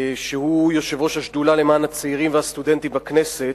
שהוא יושב-ראש השדולה למען הצעירים והסטודנטים בכנסת,